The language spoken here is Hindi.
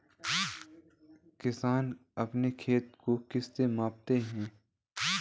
किसान अपने खेत को किससे मापते हैं?